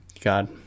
God